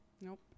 Nope